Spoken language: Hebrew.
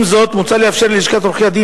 עם זאת מוצע לאפשר ללשכת עורכי-הדין